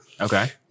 Okay